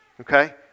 okay